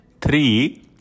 Three